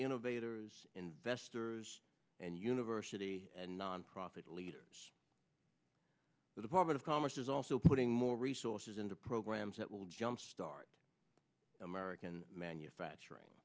innovators investors and university and nonprofit leaders the department of commerce is also putting more resources into programs that will jumpstart american manufacturing